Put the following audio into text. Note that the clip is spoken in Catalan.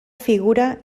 figura